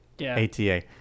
ATA